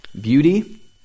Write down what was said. beauty